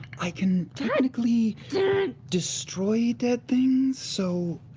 i can technically destroy dead things, so,